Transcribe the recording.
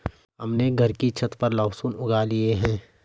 हमने घर की छत पर ही लहसुन उगा लिए हैं